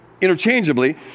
interchangeably